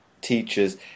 teachers